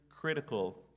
critical